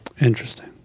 Interesting